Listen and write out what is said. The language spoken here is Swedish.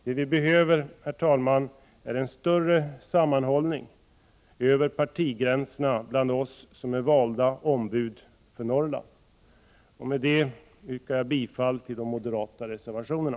Det vi behöver är större sammanhållning över partigränserna bland oss som är valda ombud för Norrland. Med detta yrkar jag bifall till de moderata reservationerna.